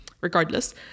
Regardless